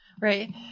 right